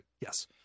Yes